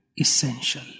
essential